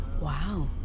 wow